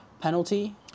penalty